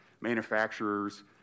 manufacturers